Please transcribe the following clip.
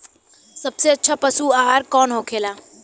सबसे अच्छा पशु आहार कौन होखेला?